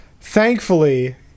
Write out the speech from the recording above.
thankfully